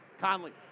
Conley